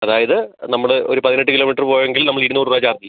അതായത് നമ്മൾ ഒരു പതിനെട്ട് കിലോമീറ്ററ് പോയെങ്കിൽ നമ്മൾ ഇരുന്നൂറ് രൂപ ചാർജ് ചെയ്യും